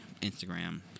Instagram